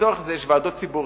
לצורך זה יש ועדות ציבוריות,